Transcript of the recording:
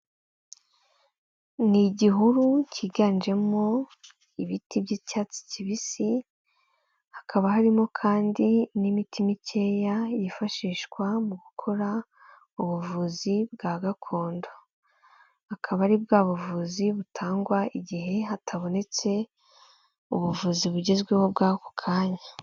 Ni igihuru cyiganjemo ibiti by'icyatsi kibisi, hakaba harimo kandi n'imiti mikeya yifashishwa mu gukora ubuvuzi bwa gakondo, akaba ari bwa buvuzi butangwa igihe hatabonetse ubuvuzi bugezweho bw'ako kanya.